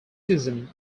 season